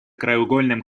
краеугольным